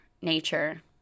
nature